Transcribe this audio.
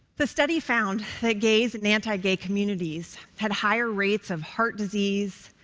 the study found that gays in anti-gay communities had higher rates of heart disease,